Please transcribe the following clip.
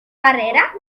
barrera